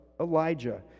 Elijah